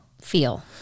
feel